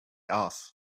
off